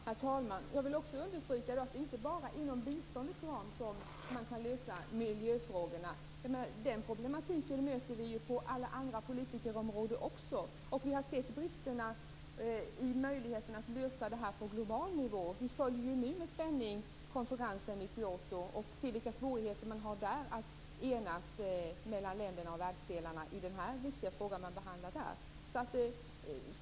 Herr talman! Jag vill också understryka att det inte bara är inom biståndets ram som man kan lösa miljöfrågorna. Den problematiken möter vi på alla andra politikområden också. Vi har sett bristerna i möjligheten att lösa detta på global nivå. Vi följer nu med spänning konferensen i Kyoto och ser vilka svårigheter som man har där att enas mellan länderna och världsdelarna i den här viktiga frågan.